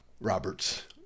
Roberts